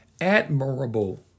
admirable